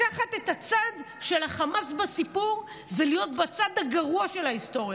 לקחת את הצד של החמאס בסיפור זה להיות בצד הגרוע של ההיסטוריה.